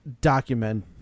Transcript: document